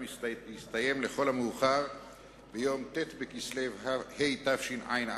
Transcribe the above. תסתיים לכל המאוחר ביום ט' בכסלו התשע"א,